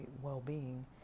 well-being